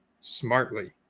smartly